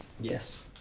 Yes